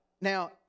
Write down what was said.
now